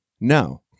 No